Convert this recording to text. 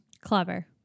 Clever